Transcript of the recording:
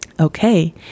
Okay